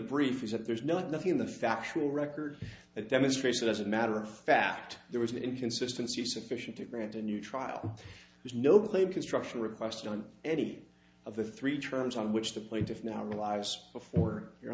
brief is that there's nothing in the factual record that demonstrates that as a matter of fact there was an inconsistency sufficient to grant a new trial was no play construction request on any of the three terms on which the plaintiff now lives before you